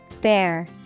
Bear